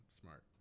smart